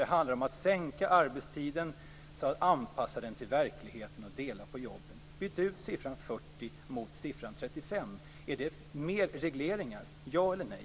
Det handlar om att sänka arbetstiden, att anpassa den till verkligheten och dela på jobben. Att byta ut siffran 40 mot siffran 35, är det mer regleringar - ja eller nej?